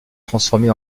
transformée